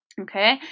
Okay